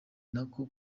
nako